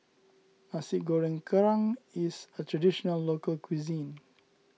Nasi Goreng Kerang is a Traditional Local Cuisine